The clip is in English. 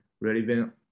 relevant